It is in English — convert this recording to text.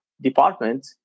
department